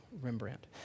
Rembrandt